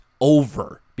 over